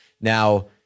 Now